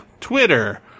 Twitter